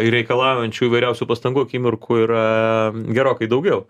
ir reikalaujančių įvairiausių pastangų akimirkų yra gerokai daugiau